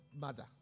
mother